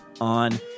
on